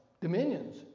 dominions